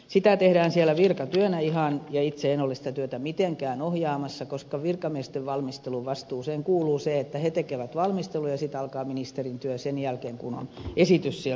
sitä tehdään siellä ihan virkatyönä ja itse en ole sitä työtä mitenkään ohjaamassa koska virkamiesten valmisteluvastuuseen kuuluu se että he tekevät valmistelua ja ministerin työ alkaa sen jälkeen kun on esitys sieltä tullut